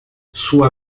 sua